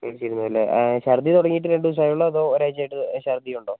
കയിച്ചിരുന്നു അല്ലെ ചർദ്ദി തുടങ്ങിയിട്ട് രണ്ട് ദിവസമെ ആയുള്ളോ അതോ ഒരാഴ്ച്ച ആയിട്ട് ചർദ്ദി ഉണ്ടോ